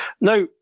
Now